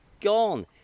gone